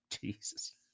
Jesus